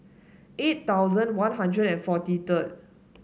eight thousand One Hundred and forty third